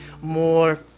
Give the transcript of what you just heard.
more